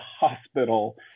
hospital